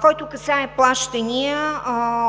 който касае плащания,